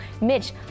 Mitch